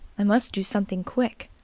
i must do something quick.